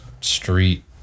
street